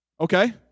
Okay